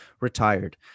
retired